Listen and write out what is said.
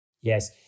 Yes